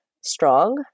strong